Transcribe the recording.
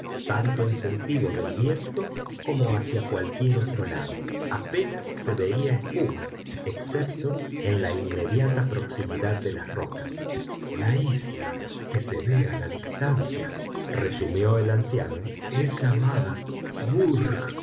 tanto en sentido del viento como hacia cualquier otro lado apenas se veía espuma excepto en la inmediata proximidad de las rocas la isla que se ve a la distancia resumió el anciano es llamada vurrgh